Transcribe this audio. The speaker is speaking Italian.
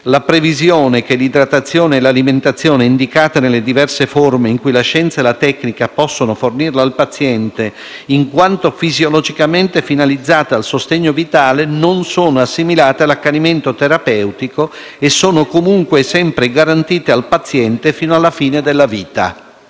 «la previsione che l'idratazione e l'alimentazione, indicate nelle diverse forme in cui la scienza e la tecnica possono fornirle al paziente, in quanto fisiologicamente finalizzate al sostegno vitale, non sono assimilate all'accanimento terapeutico e sono comunque e sempre garantite al paziente fino alla fine della vita».